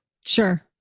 Sure